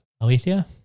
Alicia